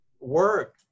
work